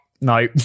no